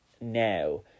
now